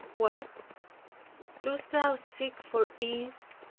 what dost thou seek for ease,